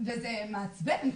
זה מעצבן.